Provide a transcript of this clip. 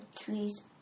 trees